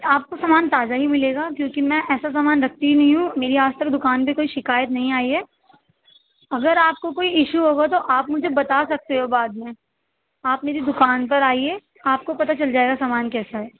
آپ کو سامان تازہ ہی ملے گا کیونکہ میں ایسا سامان رکھتی ہی نہیں ہوں میری آج تک دکان پہ کوئی شکایت نہیں آئی ہے اگر آپ کو کوئی ایشو ہوگا تو آپ مجھے بتا سکتے ہو بعد میں آپ میری دکان پر آئیے آپ کو پتا چل جائے گا سامان کیسا ہے